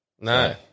No